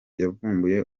yavumbuye